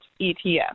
ETF